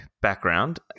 background